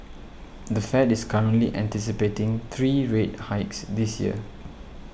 the Fed is currently anticipating three rate hikes this year